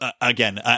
Again